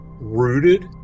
rooted